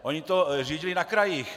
Oni to řídili na krajích.